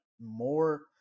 more